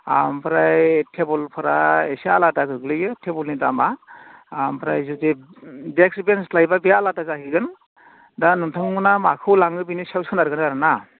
ओमफ्राय टेबोलफोरा एसे आलादा गोग्लैयो टेबोलनि दामा ओमफ्राय जुदि डेक्स बेन्स लायोब्ला बे आलादा जाहैगोन दा नोंथांमोना माखौ लाङो बेनि सायाव सोनारगोन आरो ना